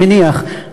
אני מניח,